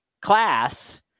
class